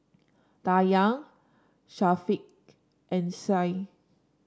Dayang Syafiqah and Syed